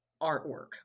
artwork